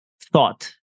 thought